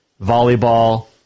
volleyball